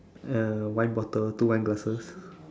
a wine bottle two wine glasses